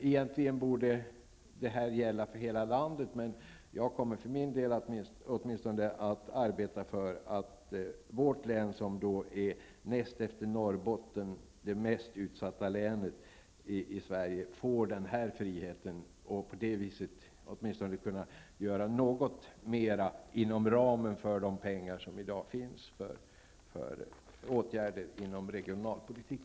Egentligen borde det här gälla för hela landet, men jag kommer för min del att arbeta för att vårt län, som näst Norrbotten är det mest utsatta länet i Sverige, får den friheten och på det viset åtminstone kan göra något mer inom ramen för de pengar som i dag finns för åtgärder inom regionalpolitiken.